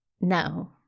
No